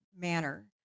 manner